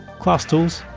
classtools,